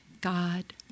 God